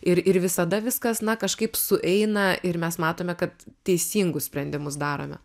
ir ir visada viskas na kažkaip sueina ir mes matome kad teisingus sprendimus darome